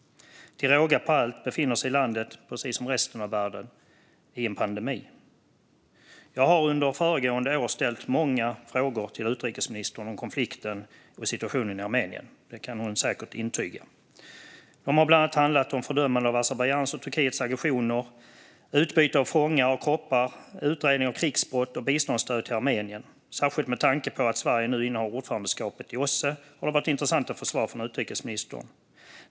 Till råga på allt befinner sig landet, precis som resten av världen, i en pandemi. Jag har under föregående år ställt många frågor till utrikesministern om konflikten och situationen i Armenien - det kan hon säkert intyga. De har bland annat handlat om fördömande av Azerbajdzjans och Turkiets aggressioner, utbyte av fångar och kroppar, utredningar om krigsbrott och biståndsstöd till Armenien. Särskilt med tanke på att Sverige nu innehar ordförandeskapet i OSSE har det varit intressant att få svar från utrikesministern.